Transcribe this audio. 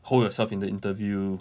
hold yourself in the interview